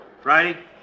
Friday